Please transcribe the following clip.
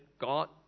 God